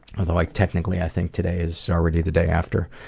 although, like technically, i think today is already the day after.